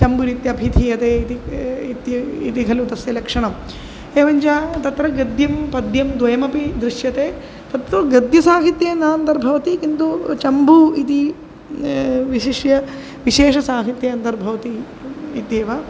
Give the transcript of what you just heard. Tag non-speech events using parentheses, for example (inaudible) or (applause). चम्पूरित्याभिधीयते इति इति इति खलु तस्य लक्षणम् एवञ्च तत्र गद्यं पद्यं द्वयमपि दृश्यते तत्तु गद्यसाहित्ये न अन्तर्भवति किन्तु चम्पू इति विशिष्य विशेषसाहित्ये अन्तर्भवति (unintelligible) इत्येव